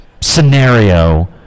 scenario